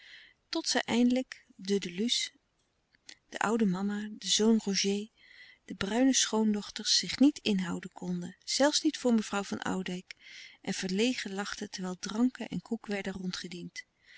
tot zij eindelijk de de luces de oude mama de zoon roger de bruine schoondochters zich niet inhouden konden zelfs niet voor mevrouw van oudijck en verlegen lachten terwijl dranken en koek werden